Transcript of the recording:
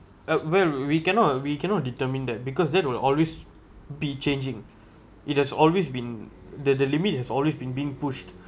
uh well we cannot we cannot determine that because that will always be changing it has always been the the limit has always been being pushed